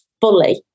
fully